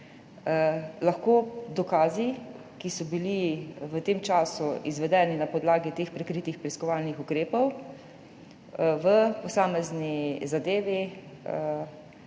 lahko dokazi, ki so bili v tem času izvedeni na podlagi teh prikritih preiskovalnih ukrepov, v posamezni zadevi